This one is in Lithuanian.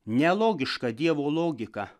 nelogiška dievo logika